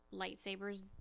lightsabers